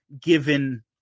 given